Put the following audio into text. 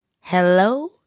Hello